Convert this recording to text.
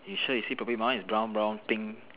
you sure you see properly my one is brown brown pink